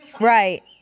Right